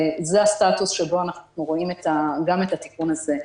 זה הסטטוס שבו אנחנו רואים גם את התיקון הזה.